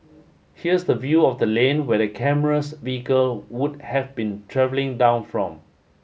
here's the view of the lane where the camera's vehicle would have been travelling down from